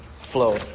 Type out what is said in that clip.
flow